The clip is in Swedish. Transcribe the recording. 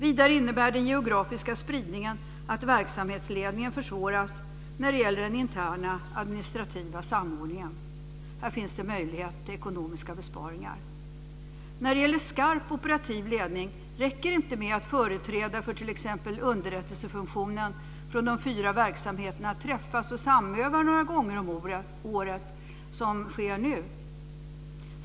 Vidare innebär den geografiska spridningen att verksamhetsledningen försvåras när det gäller den interna, administrativa samordningen. Här finns det möjlighet till ekonomiska besparingar. När det gäller s.k. skarp operativ ledning räcker det inte med att företrädare för t.ex. underrättelsefunktionen från de fyra verksamheterna träffas och samövar några gånger om året, så som sker nu.